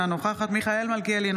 אינה נוכחת מיכאל מלכיאלי,